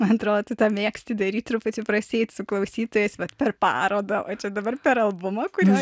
man atrodo tu tą ką mėgsti daryt ir pati prasieit su klausytojais vat per parodą o dabar per albumą kurio